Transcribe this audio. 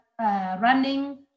running